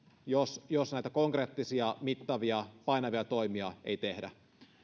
jos jos näitä konkreettisia mittavia painavia toimia ei tehdä